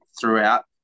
throughout